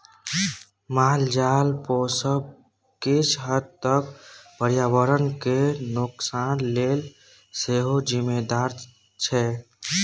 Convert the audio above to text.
मालजाल पोसब किछ हद तक पर्यावरण केर नोकसान लेल सेहो जिम्मेदार छै